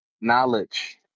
knowledge